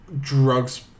drugs